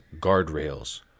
guardrails